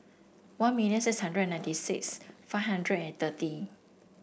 one million six hundred and ninety six five hundred and thirty